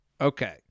Okay